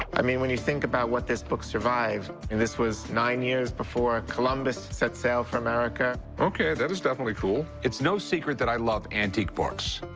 i mean, when you think about what this book survived and this was nine years before columbus set sail for america. rick ok, that is definitely cool. it's no secret that i love antique books.